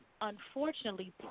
unfortunately